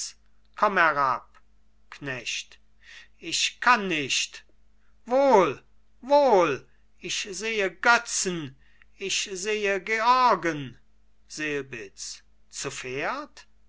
herab knecht ich kann nicht wohl wohl ich sehe götzen ich sehe georgen selbitz